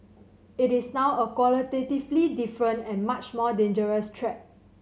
it is now a qualitatively different and much more dangerous threat